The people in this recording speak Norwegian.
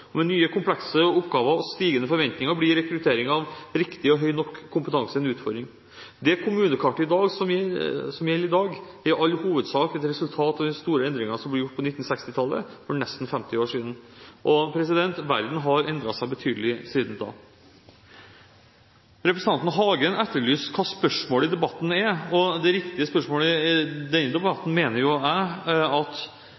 og med nye, komplekse oppgaver og stigende forventninger blir rekruttering av riktig og høy nok kompetanse en utfordring. Det kommunekartet som gjelder i dag, er i all hovedsak et resultat av den store endringen som ble gjort på 1960-tallet, for nesten 50 år siden. Verden har endret seg betydelig siden da. Representanten Hagen etterlyser hva spørsmålet i debatten er. Jeg mener det riktige spørsmålet i denne